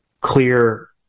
clear